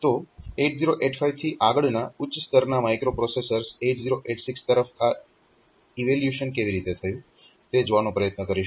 તો 8085 થી આગળના ઉચ્ચ સ્તરના માઇક્રોપ્રોસેસર્સ 8086 તરફ આ ઈવોલ્યુશન કેવી રીતે થયુ તે જોવાનો પ્રયત્ન કરીશું